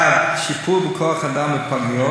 1. שיפור בכוח-האדם בפגיות,